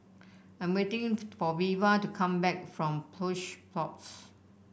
I am waiting for Veva to come back from Plush Pods